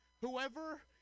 whoever